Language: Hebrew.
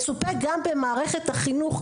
מצופה גם במערכת החינוך,